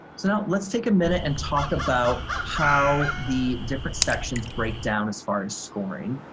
so now let's take a minute and talk about how the different sections break down as far as scoring.